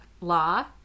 law